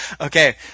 okay